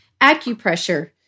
Acupressure